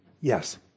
yes